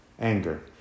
anger